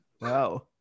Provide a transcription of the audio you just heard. Wow